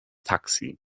taxi